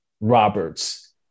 Roberts